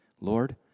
Lord